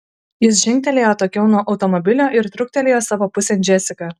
jis žingtelėjo atokiau nuo automobilio ir truktelėjo savo pusėn džesiką